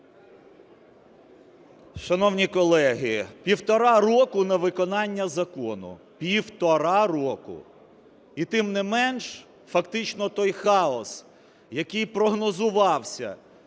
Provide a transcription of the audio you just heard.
Шановні колеги, півтора року на виконання закону, півтора року. І тим не менш фактично той хаос, який прогнозувався